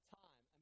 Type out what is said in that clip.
time